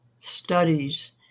studies